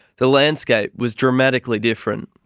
the landscape was dramatically different.